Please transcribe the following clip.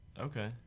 Okay